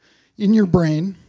in your brain